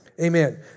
Amen